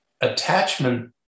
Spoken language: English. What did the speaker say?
attachment